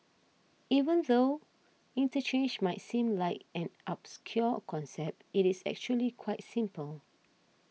even though interchange might seem like an obscure concept it is actually quite simple